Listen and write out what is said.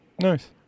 Nice